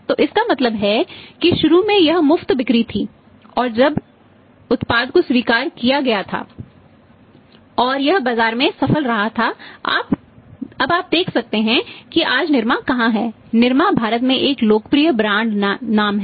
तो इसका मतलब है कि शुरू में यह मुफ्त बिक्री थी और तब जब उत्पाद को स्वीकार किया गया था और यह बाजार में सफल रहा था अब आप देखते हैं कि आज निरमा कहां है निरमा भारत का एक लोकप्रिय ब्रांड नाम है